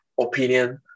opinion